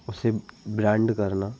उसे ब्रांड करना